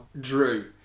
Drew